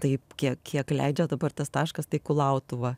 taip kiek kiek leidžia dabar tas taškas tai kulautuva